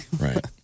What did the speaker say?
Right